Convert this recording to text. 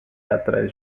atrás